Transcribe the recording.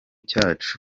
cyacu